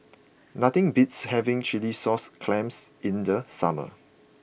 nothing beats having Chilli Sauce Clams in the summer